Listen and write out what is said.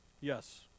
Yes